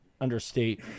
understate